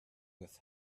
with